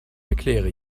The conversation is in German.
erkläre